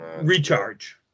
Recharge